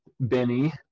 Benny